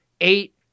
eight